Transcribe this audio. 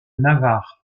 navarre